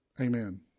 amen